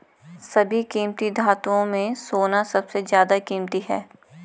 सभी कीमती धातुओं में सोना सबसे ज्यादा कीमती है